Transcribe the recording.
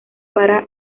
para